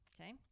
Okay